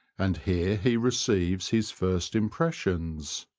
and here he receives his first im pressions.